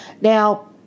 Now